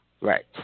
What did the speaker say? Right